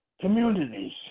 communities